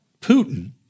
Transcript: Putin